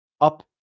up